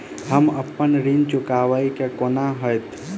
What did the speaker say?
हम अप्पन ऋण चुकाइब कोना हैतय?